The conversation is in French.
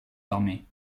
armées